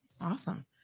awesome